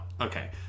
Okay